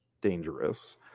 dangerous